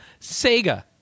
Sega